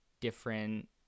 different